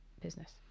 business